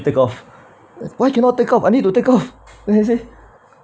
take off why cannot take off I need to take off then I say